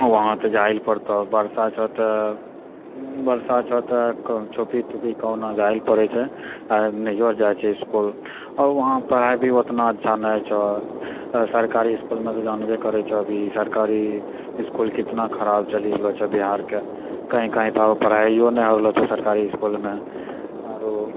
वहाँ तऽ जाहि लै पड़तो वर्षा छऽ तऽ वर्षा छऽ तऽ छुपि तुपि कहुना जाहि पड़ै छै आओर नहिओ जाइ छै इसकुल आओर वहाँ पढ़ाइ भी ओतना अच्छा नहि होइ छऽ सरकारी इसकुलमे तऽ जानबे करै छऽ अभी सरकारी इसकुल कतना खराब चलि रहलऽ छऽ बिहारके कहीँ कहीँ तऽ पढ़ाइओ नहि हो रहलऽ छै सरकारी इसकुलमे आओर